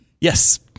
yes